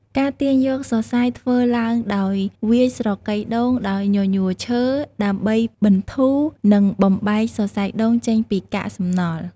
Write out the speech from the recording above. ការទាញយកសរសៃធ្វើឡើងដោយ វាយស្រកីដូងដោយញញួរឈើ ដើម្បីបន្ធូរ និងបំបែកសរសៃដូងចេញពីកាកសំណល់។